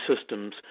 Systems